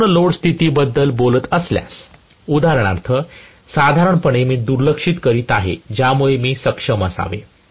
मी पूर्ण लोड स्थितीबद्दल बोलत असल्यास उदाहरणार्थ साधारणपणे मी दुर्लक्ष करीत आहे ज्यामुळे मी सक्षम असावे